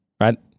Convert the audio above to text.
right